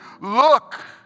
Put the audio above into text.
Look